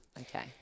Okay